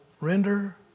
render